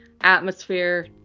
atmosphere